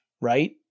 right